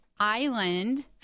island